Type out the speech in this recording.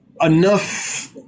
enough